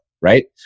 right